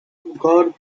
god